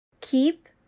Keep